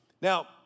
Now